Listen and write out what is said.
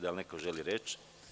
Da li neko želi reč?